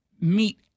meet